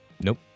Nope